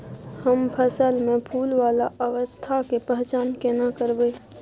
हम फसल में फुल वाला अवस्था के पहचान केना करबै?